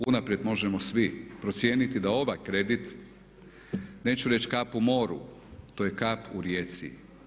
Unaprijed možemo svi procijeniti da ovaj kredit neću reći kap u moru, to je kap u rijeci.